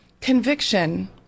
Conviction